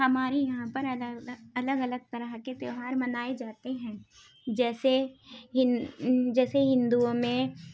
ہمارے یہاں پر الگ الگ الگ الگ طرح کے تہوار منائے جاتے ہیں جیسے جیسے ہندوؤں میں